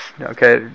Okay